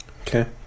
Okay